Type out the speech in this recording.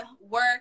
work